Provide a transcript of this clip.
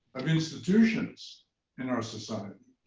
of institutions in our society,